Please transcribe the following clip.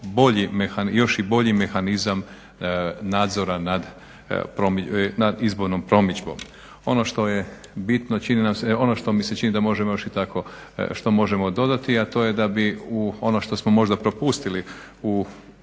još i bolji mehanizam nadzora nad izbornom promidžbom. Ono što mi se čini da možemo još i dodati, a to je da bi u ono što smo možda propustili u